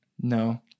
No